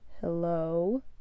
Hello